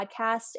Podcast